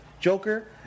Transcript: Joker